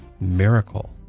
Miracle